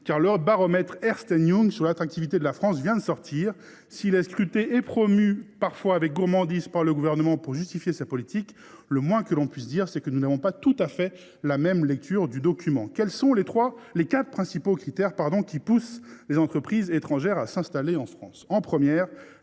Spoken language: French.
car le baromètre d’Ernst & Young sur l’attractivité de la France vient de paraître. Et si celui ci est scruté et parfois promu avec gourmandise par le Gouvernement pour justifier sa politique, le moins que l’on puisse dire est que nous n’avons pas tout à fait la même lecture de ce document. C’est sûr ! Quels sont les quatre principaux critères qui poussent les entreprises étrangères à s’installer en France ?